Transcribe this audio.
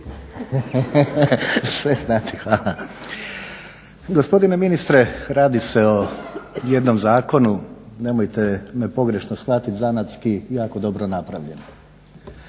maksimalno. Gospodine ministre, radi se jednom zakonu, nemojte me pogrešno shvatiti zanatski jako dobro napravljen.